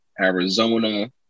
Arizona